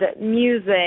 music